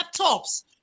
laptops